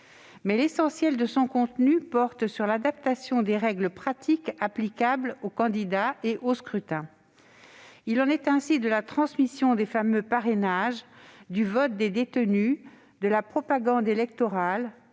l'essentiel porte sur l'adaptation des règles pratiques applicables aux candidats et au scrutin. Il en est ainsi de la transmission des fameux parrainages, du vote des détenus, de la propagande électorale